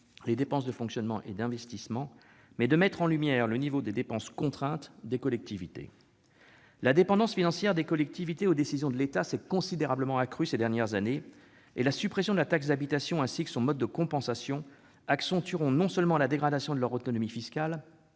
les dépenses de fonctionnement des dépenses d'investissement, et de mettre en lumière le niveau de dépenses contraintes des collectivités. La dépendance financière des collectivités aux décisions de l'État s'est considérablement accrue ces dernières années. La suppression de la taxe d'habitation ainsi que son mode de compensation non seulement accentueront la dégradation de leur autonomie,